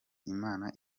imana